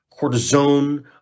cortisone